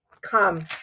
come